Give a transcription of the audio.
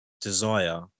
desire